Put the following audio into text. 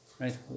right